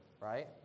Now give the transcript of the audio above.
Right